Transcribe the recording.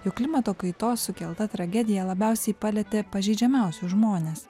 jog klimato kaitos sukelta tragedija labiausiai palietė pažeidžiamiausius žmones